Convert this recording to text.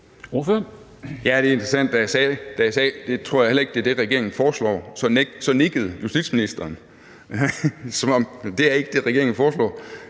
(LA): Det er interessant, at da jeg sagde, at det tror jeg heller ikke er det, regeringen foreslår, så nikkede justitsministeren, som om det ikke er det, regeringen foreslår,